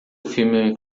filme